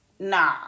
Nah